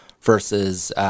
versus